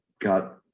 got